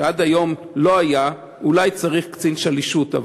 שעד היום לא היה אולי צריך קצין שלישות.